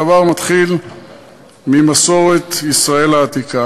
הדבר מתחיל ממסורת ישראל העתיקה.